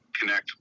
connect